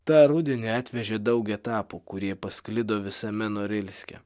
tą rudenį atvežė daug etapų kurie pasklido visame norilske